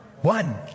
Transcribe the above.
One